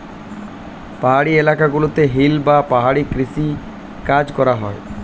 পাহাড়ি এলাকা গুলোতে হিল বা পাহাড়ি কৃষি কাজ করা হয়